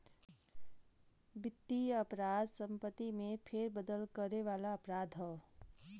वित्तीय अपराध संपत्ति में फेरबदल करे वाला अपराध हौ